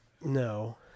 No